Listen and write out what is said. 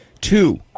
Two